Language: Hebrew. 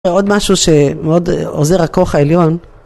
עוד משהו שמאוד עוזר הכוח העליון